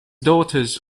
daughters